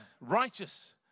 righteous